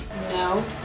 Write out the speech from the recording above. No